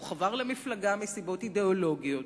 והוא חבר למפלגה מסיבות אידיאולוגיות,